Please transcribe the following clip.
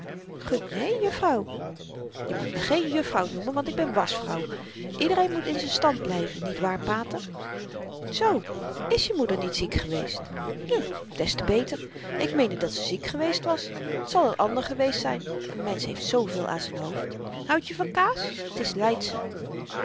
gut né juffrouw je moet me geen juffrouw noemen want ik ben waschvrouw ieder moet in z'n stand blyven niet waar pater z is je moeder niet ziek geweest nu des te beter ik meende dat ze ziek geweest was t zal n ander geweest zyn n mensch heeft zoo veel aan z'n hoofd houd je van kaas t is leidsche